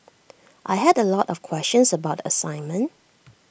I had A lot of questions about the assignment